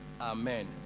Amen